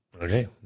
okay